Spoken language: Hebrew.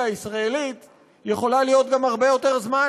הישראלית יכולה להיות הרבה יותר זמן.